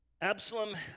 Absalom